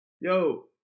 yo